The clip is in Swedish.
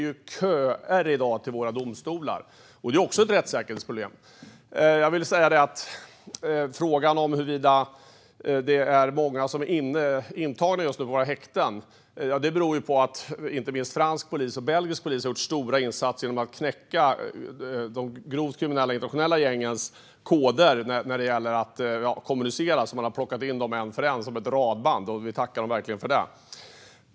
I dag är det köer till våra domstolar. Även detta är ett rättssäkerhetsproblem. Att det just nu är många som är intagna på våra häkten beror på att inte minst fransk och belgisk polis gjort stora insatser genom att knäcka de grovt kriminella internationella gängens koder för kommunikation. Man har plockat in dem en efter en som ett radband. Vi tackar dem verkligen för det.